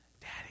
Daddy